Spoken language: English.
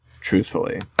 truthfully